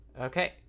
Okay